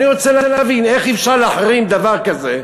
אני רוצה להבין, איך אפשר להחרים דבר כזה?